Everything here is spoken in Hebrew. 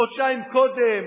חודשיים קודם,